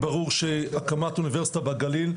ברור שהקמת אוניברסיטה בגליל,